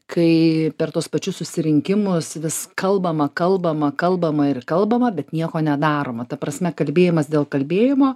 kai per tuos pačius susirinkimus vis kalbama kalbama kalbama ir kalbama bet nieko nedaroma ta prasme kalbėjimas dėl kalbėjimo